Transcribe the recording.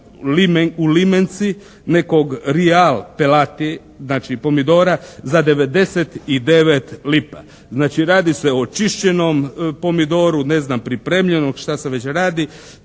u limenci nekog "Rial" pelati znači, pomidora za 99 lipa. Znači, radi se o čišćenom pomidoru, ne znam pripremljenom šta se već radi,